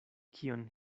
kion